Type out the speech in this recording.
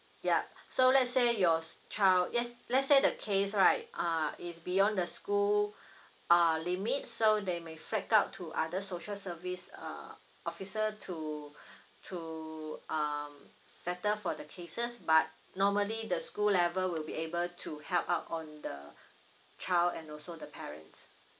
yup so let's say your s~ child yes let's say the case right uh is beyond the school uh limit so they may flag up to other social service uh officer to to um settle for the cases but normally the school level will be able to help out on the child and also the parents